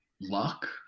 luck